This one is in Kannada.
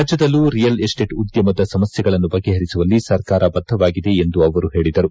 ರಾಜ್ಯದಲ್ಲೂ ರಿಯಲ್ ಎಸ್ಸೇಟ್ ಉದ್ದಮದ ಸಮಸ್ನೆಗಳನ್ನು ಬಗೆಹರಿಸುವಲ್ಲಿ ಸರ್ಕಾರ ಬದ್ಗವಾಗಿದೆ ಎಂದು ಅವರು ಹೇಳದರು